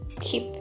keep